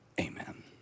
Amen